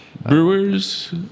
Brewers